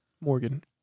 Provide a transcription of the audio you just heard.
Morgan